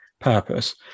purpose